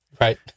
Right